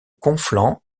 conflans